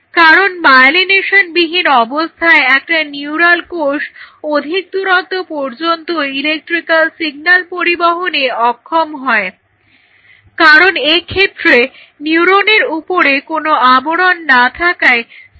কারণ মায়োলিনেশনবিহীন অবস্থায় একটা নিউরাল কোষ অধিক দূরত্বে ইলেকট্রিক্যাল সিগন্যাল পরিবহনে অক্ষম হয় কারণ এক্ষেত্রে নিউরনের উপরে কোনো আবরণ না থাকায় সিগন্যালটি হারিয়ে যাবে